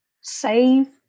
save